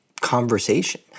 conversation